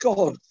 God